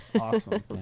awesome